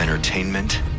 Entertainment